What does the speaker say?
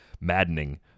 maddening